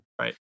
Right